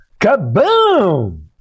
kaboom